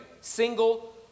single